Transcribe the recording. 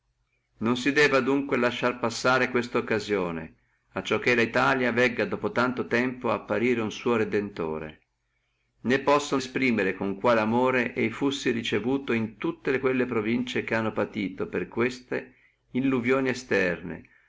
non si debba adunque lasciare passare questa occasione acciò che litalia dopo tanto tempo vegga uno suo redentore né posso esprimere con quale amore e fussi ricevuto in tutte quelle provincie che hanno patito per queste illuvioni esterne